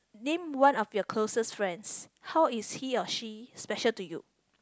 name one of your closest friends how is he or she special to you